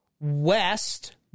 West